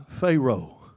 Pharaoh